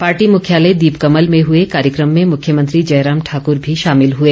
party मुख्यालय दीपकमल में हए कार्यक्रम में मुख्यमंत्री जयराम ठाकर भी शामिल हए